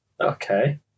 Okay